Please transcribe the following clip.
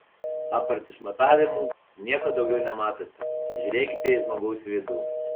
apart išmatavimų nieko daugiau nematote žiūrėkite į žmogaus vidų